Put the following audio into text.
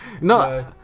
No